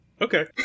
Okay